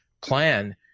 plan